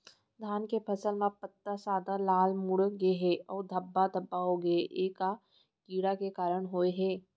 धान के फसल म पत्ता सादा, लाल, मुड़ गे हे अऊ धब्बा धब्बा होगे हे, ए का कीड़ा के कारण होय हे?